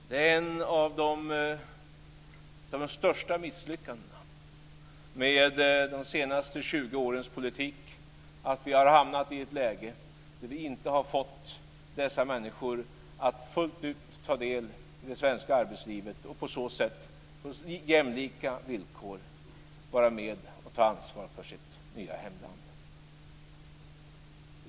Det är ett av de största misslyckandena med de senaste 20 årens politik att vi har hamnat i ett läge där vi inte har fått dessa människor att fullt ut ta del i det svenska arbetslivet och på jämlika villkor vara med och ta ansvar för sitt nya hemland.